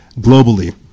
globally